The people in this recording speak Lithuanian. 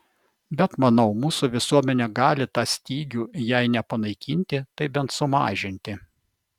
bet manau mūsų visuomenė gali tą stygių jei ne panaikinti tai bent sumažinti